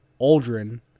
aldrin